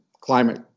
climate